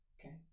Okay